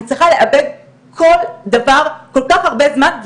אני צריכה לעבד כל דבר כל כך הרבה זמן.